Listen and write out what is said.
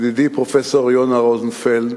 ידידי פרופסור יונה רוזנפלד,